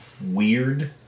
weird